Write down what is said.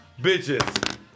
bitches